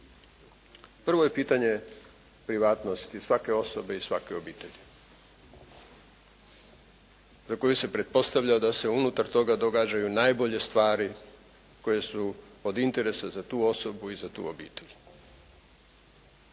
Prvo je pitanje privatnosti svake osobe i svake obitelji za koju se pretpostavlja da se unutar toga događaju najbolje stvari koje su od interesa za tu osobu i za tu obitelj,